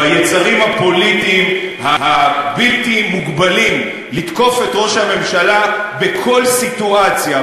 ביצרים הפוליטיים הבלתי-מוגבלים לתקוף את ראש הממשלה בכל סיטואציה,